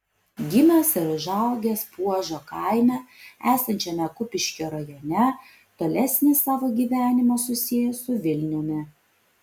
gimęs ir užaugęs puožo kaime esančiame kupiškio rajone tolesnį savo gyvenimą susiejo su vilniumi